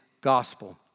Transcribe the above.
gospel